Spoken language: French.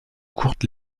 courte